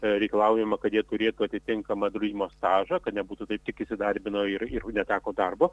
reikalaujama kad jie turėtų atitinkamą draudimo stažą kad nebūtų taip tik įsidarbino ir ir neteko darbo